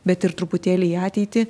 bet ir truputėlį į ateitį